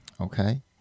okay